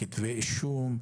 גם בכתבי אישום,